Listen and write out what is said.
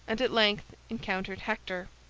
and at length encountered hector.